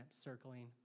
circling